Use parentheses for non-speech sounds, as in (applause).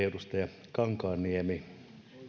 (unintelligible) edustaja kankaanniemi